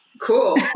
Cool